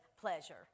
pleasure